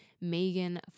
Megan